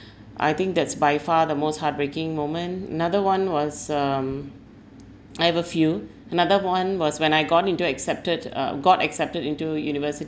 I think that's by far the most heartbreaking moment another one was um I have a few another one was when I gone into accepted uh got accepted into university